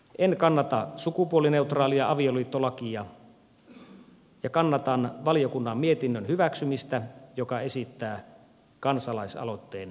en kannata sukupuolineutraalia avioliittolakia ja kannatan valiokunnan mietinnön hyväksymistä joka esittää kansalaisaloitteen hylkäämistä